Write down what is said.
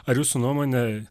ar jūsų nuomone